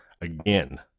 again